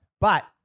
But-